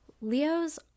Leos